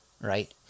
right